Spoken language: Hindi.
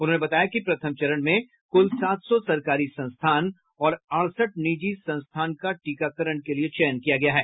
उन्होंने बताया कि प्रथम चरण में कुल सात सौ सरकारी संस्थान और अडसठ निजी संस्थान को टीकाकरण के लिए चयन किया गया है